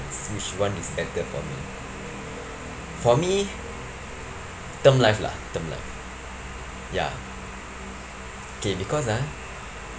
which one is better for me for me term life lah term life ya okay because ah